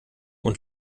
und